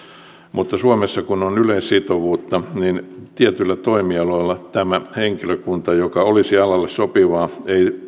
mutta suomessa kun on yleissitovuutta niin tietyillä toimialoilla tämä henkilökunta joka olisi alalle sopivaa